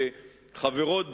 שחברות בה,